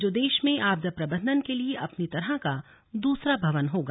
जो देश में आपदा प्रबंधन के लिए अपनी तरह का दूसरा भवन होगा